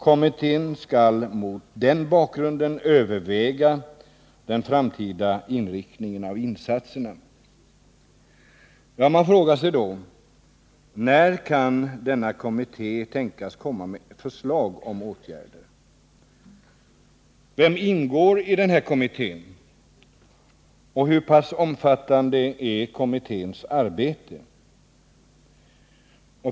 Kommittén skall mot den bakgrunden överväga den framtida inriktningen av insatserna. Man frågar sig då: När kan denna kommitté tänkas komma med förslag om åtgärder? Vem ingår i denna kommitté? Och hur pass omfattande är kommitténs arbete?